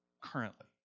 currently